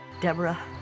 deborah